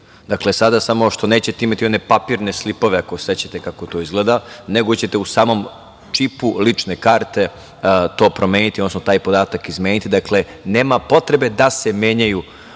Dakle, sada samo što nećete imati one papirne slipove ako se sećate kako to izgleda, nego ćete u samom čipu lične karte to promeniti odnosno taj podatak izmeniti, dakle, nema potrebe da se menjaju